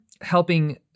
helping